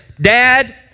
Dad